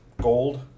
gold